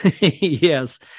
yes